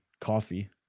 coffee